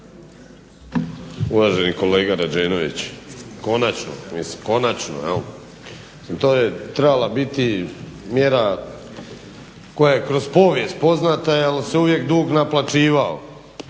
Uvaženi kolega Rađenović, konačno, mislim konačno jel', to je trebala biti mjera koja je kroz povijest poznata jer se uvijek dug naplaćivao